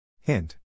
Hint